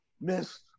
miss